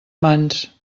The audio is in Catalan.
mans